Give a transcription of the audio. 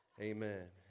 Amen